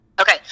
Okay